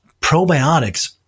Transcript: Probiotics